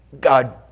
God